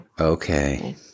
Okay